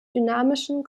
dynamischen